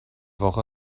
woche